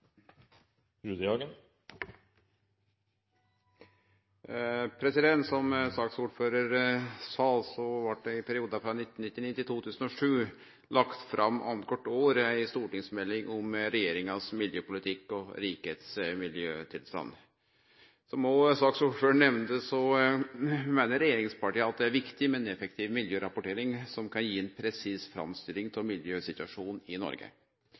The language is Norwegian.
Som saksordføraren sa, blei det i perioden 1999–2007 kvart anna år lagt fram ei stortingsmelding om regjeringa si miljøpolitikk og rikets miljøtilstand. Som òg saksordføraren nemnde, meiner regjeringspartia at det er viktig med ei effektiv miljørapportering som kan gi ei presis framstilling av miljøsituasjonen i Noreg.